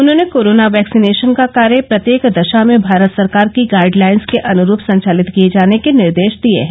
उन्होंने corona vaccination का कार्य प्रत्येक दशा में भारत सरकार की गाइडलाइन्स के अनुरूप संचालित किए जाने के निर्देश दिया है